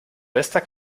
bester